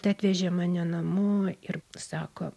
tai atvežė mane namo ir sako